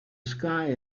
sky